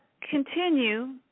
continue